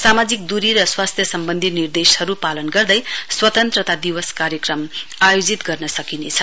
सामाजिक दूरी र स्वास्थ सम्वन्धी निर्देशहरु पालन गर्दै स्वतन्त्रता दिवस कार्यक्रम आयोजित गर्न सकिनेछ